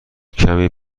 کمی